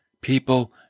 People